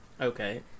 Okay